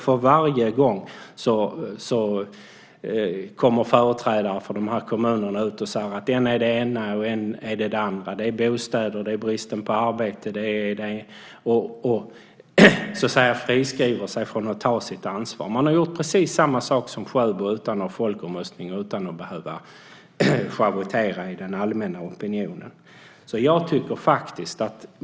För varje gång kommer företrädare för dessa kommuner fram och säger att det är än det ena, än det andra. Det är brist på bostäder eller brist på arbete. De friskriver sig från att ta sitt ansvar. De har gjort precis samma sak som Sjöbo men utan en folkomröstning och utan att behöva schavottera i den allmänna opinionen.